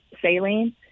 saline